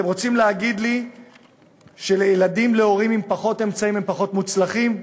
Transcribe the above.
אתם רוצים להגיד לי שילדים להורים עם פחות אמצעים הם פחות מוצלחים?